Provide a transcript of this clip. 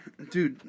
Dude